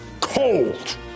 cold